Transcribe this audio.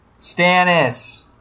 Stannis